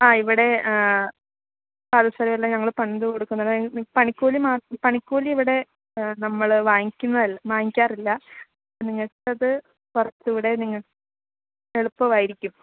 ആ ഇവിടെ പാദസരം എല്ലാം ഞങ്ങൾ പണിത് കൊടുക്കുന്നത് പണിക്കൂലി മാത്രം പണിക്കൂലി ഇവിടെ നമ്മൾ വാങ്ങിക്കുന്നതിൽ വാങ്ങിക്കാറില്ല നിങ്ങൾക്ക് അത് കുറച്ചൂടെ നിങ്ങൾ എളുപ്പമായിരിക്കും